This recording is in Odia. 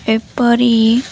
ଏପରି